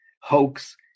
hoax